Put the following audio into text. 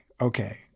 Okay